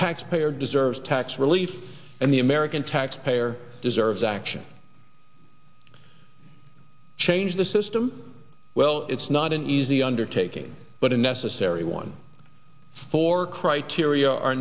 taxpayer deserves tax relief and the american taxpayer deserves action change the system well it's not an easy undertaking but a necessary one for criteria are